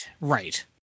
right